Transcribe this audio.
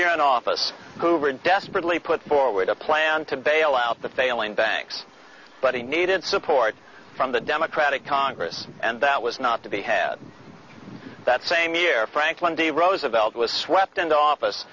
year in office hoover desperately put forward a plan to bail out the failing banks but he needed support from the democratic congress and that was not to be had that same year franklin d roosevelt was swept into office